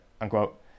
unquote